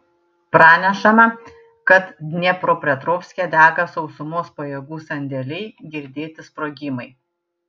pranešama kad dniepropetrovske dega sausumos pajėgų sandėliai girdėti sprogimai